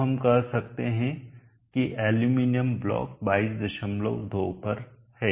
तो हम कह सकते हैं कि एल्यूमीनियम ब्लॉक 222 पर है